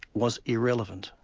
was irrelevant,